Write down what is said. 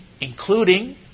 including